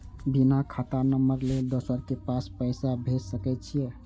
बिना खाता नंबर लेल दोसर के पास पैसा भेज सके छीए?